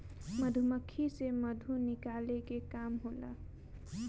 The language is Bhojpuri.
मधुमक्खी से मधु निकाले के काम होला